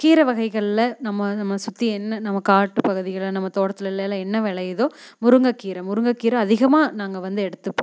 கீரை வகைகளில் நம்ம நம்ம சுற்றி என்ன நம்ம காட்டு பகுதிகளில் நம்ம தோட்டத்தில் எல்லாம் என்ன விளையிதோ முருங்கை கீரை முருங்கை கீரை அதிகமாக நாங்கள் வந்து எடுத்துப்போம்